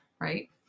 right